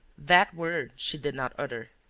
that word she did not utter.